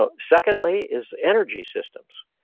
ah secondly, is energy systems.